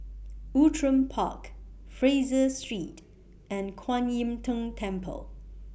Outram Park Fraser Street and Kuan Im Tng Temple